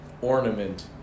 ornament